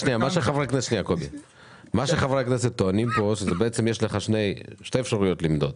חברי הכנסת טוענים כאן שבעצם יש לך שתי אפשרויות למדוד.